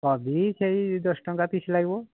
କୋବି ସେଇ ଦଶ ଟଙ୍କା ପିସ୍ ଲାଗିବ